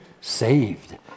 saved